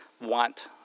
want